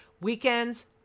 Weekends